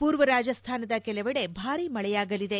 ಪೂರ್ವ ರಾಜಸ್ಥಾನದ ಕೆಲವೆಡೆ ಭಾರೀ ಮಳೆಯಾಗಲಿದೆ